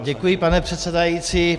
Děkuji, pane předsedající.